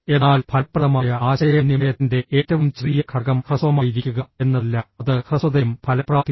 എന്നാൽ ഫലപ്രദമായ ആശയവിനിമയത്തിന്റെ ഏറ്റവും ചെറിയ ഘടകം ഹ്രസ്വമായിരിക്കുക എന്നതല്ല അത് ഹ്രസ്വതയും ഫലപ്രാപ്തിയുമാണ്